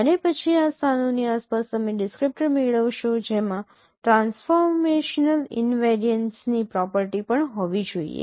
અને પછી આ સ્થાનોની આસપાસ તમે ડિસ્ક્રિપટર મેળવશો જેમાં ટ્રાન્સફોર્મેશનલ ઇનવેરિયન્સની પ્રોપર્ટી પણ હોવી જોઈએ